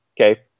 okay